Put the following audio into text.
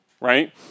right